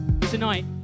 Tonight